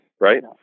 right